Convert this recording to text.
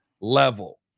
level